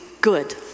good